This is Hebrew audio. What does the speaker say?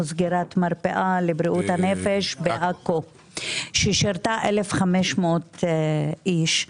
סגירת מרפאה לבריאות הנפש בעכו ששירתה 1,500 איש.